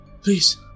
Please